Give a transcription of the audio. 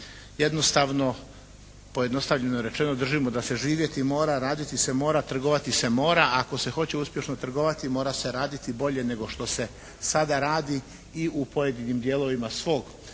Jednostavno pojednostavljeno rečeno držimo da se živjeti mora, raditi se mora, trgovati se mora, a ako se hoće uspješno trgovati mora se raditi bolje nego što se sada radi i u pojedinim dijelovima svoga